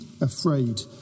Afraid